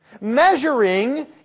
Measuring